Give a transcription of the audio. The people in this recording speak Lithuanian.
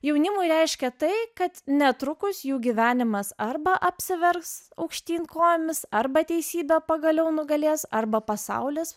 jaunimui reiškia tai kad netrukus jų gyvenimas arba apsivers aukštyn kojomis arba teisybė pagaliau nugalės arba pasaulis